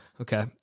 Okay